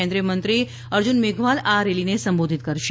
કેન્દ્રીયમંત્રી અર્જુન મેઘવાલ આ રેલીને સંબોધિત કરશે